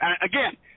again